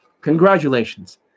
congratulations